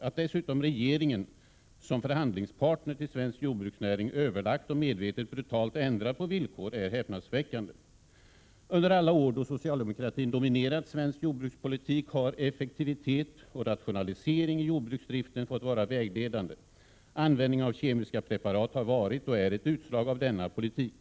Att dessutom regeringen som förkandli ill KE fordb ne öväkt d Granskning av statsförhan: lingspartner til svensk jor ruksnäring överlagt och me Wetet." > sadens tjärsteistövning brutalt ändrar på villkor är häpnadsväckande. Under alla år då socialdemo Rn. kratin dominerat svensk jordbrukspolitik har effektivitet och rationalisering i jordbruksdriften fått vara vägledande. Användning av kemiska preparat har varit och är ett utslag av denna politik.